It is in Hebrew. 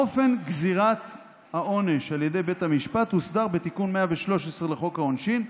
אופן גזרת העונש על ידי בית המשפט הוסדר בתיקון 113 לחוק העונשין,